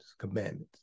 commandments